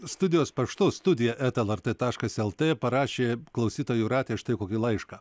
studijos paštu studija eta lrt taškas el t parašė klausytoja jūratė štai kokį laišką